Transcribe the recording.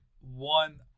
one